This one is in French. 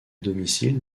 domicile